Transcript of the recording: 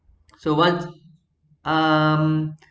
so what um